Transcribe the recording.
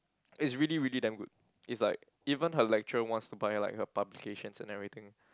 it's really really damn good it's like even her lecturer wants to buy like her publications and everything